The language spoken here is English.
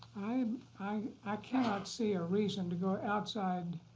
um i i cannot see a reason to go outside